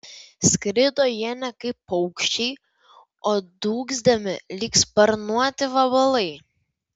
skrido jie ne kaip paukščiai o dūgzdami lyg sparnuoti vabalai